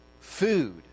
Food